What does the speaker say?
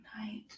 night